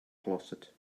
closet